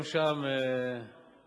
גם שם צריכים,